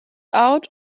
out